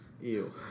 Ew